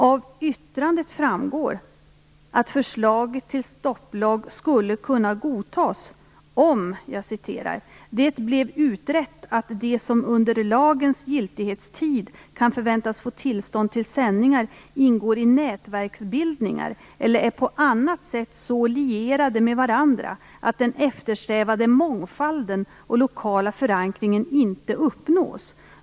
Av yttrandet framgår att förslaget till stopplag skulle kunna godtas "om det blev utrett att de som under lagens giltighetstid kan förväntas få tillstånd till sändningar ingår i nätverksbildningar eller är på annat sätt så lierade med varandra att den eftersträvade mångfalden och lokala förankringen inte uppnås.